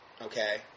Okay